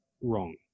wrong